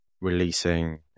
releasing